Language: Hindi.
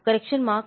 correction mark